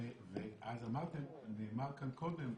נאמר כאן קודם,